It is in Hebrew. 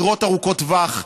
דירות בשכירות ארוכת טווח,